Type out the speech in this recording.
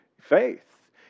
Faith